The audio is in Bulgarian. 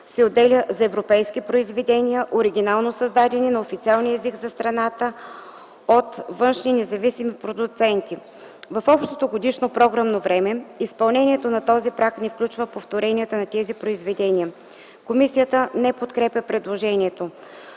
се отделя за европейски произведения, оригинално създадени на официалния език за страната от (външни) независими продуценти. В общото годишно програмно време, изпълнението на този праг не включва повторенията на тези произведения.” Комисията не подкрепя предложението.